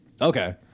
Okay